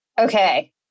okay